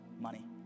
money